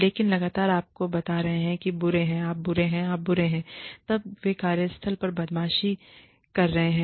लेकिन लगातार आपको बता रहा है कि आप बुरे हैं आप बुरे हैं आप बुरे हैं तब वे कार्यस्थल पर बदमाशी कर रहे हैं